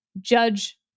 Judge